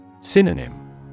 Synonym